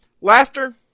laughter